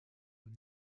haut